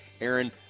Aaron